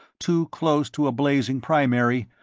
too close to a blazing primary,